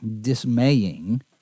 dismaying